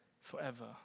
forever